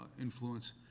influence